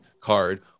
card